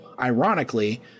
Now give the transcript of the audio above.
ironically